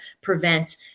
prevent